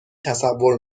تصور